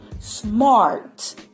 smart